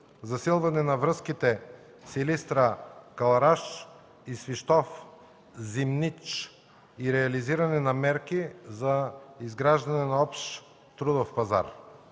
засилване на връзките Силистра–Кълъраш, Свищов–Зимнич и реализиране на мерки за изграждане на общ трудов пазар;